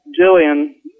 Jillian